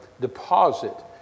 deposit